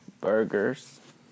Burgers